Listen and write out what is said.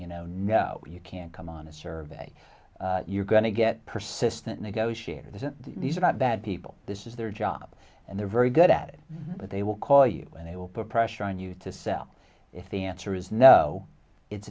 you know no you can't come on a survey you're going to get persistent negotiators and these are not bad people this is their job and they're very good at it but they will call you when they will put pressure on you to sell if the answer is no it's